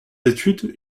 études